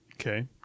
Okay